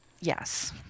Yes